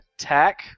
attack